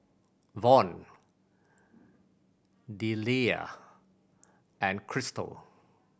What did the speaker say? Von Deliah and Chrystal